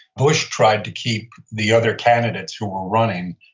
bush tried to keep the other candidates who were running,